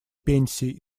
пенсии